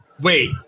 Wait